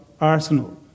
arsenal